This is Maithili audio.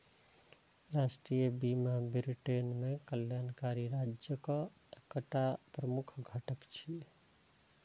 राष्ट्रीय बीमा ब्रिटेन मे कल्याणकारी राज्यक एकटा प्रमुख घटक छियै